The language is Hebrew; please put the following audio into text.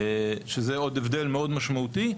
שזה עוד הבדל מאוד משמעותי.